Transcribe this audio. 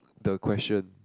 the question